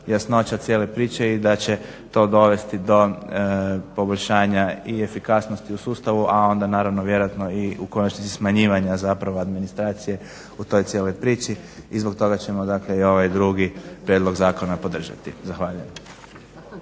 jasnoća cijele priče i da će to dovesti do poboljšanja i efikasnosti u sustavu a onda i naravno vjerojatno i u konačnici smanjivanja zapravo administracije u toj cijeloj priči i zbog toga ćemo dakle i ovaj drugi prijedlog zakona podržati. Zahvaljujem.